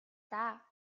даа